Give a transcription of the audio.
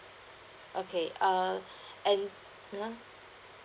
okay err and